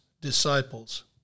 disciples